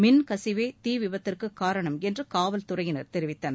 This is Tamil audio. மின் கசிவே தீ விபத்திற்குக் காரணம் என்று காவல்துறையினர் தெரிவித்தனர்